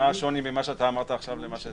לשוני בין מה שאמרת עכשיו למה שאמרת קודם,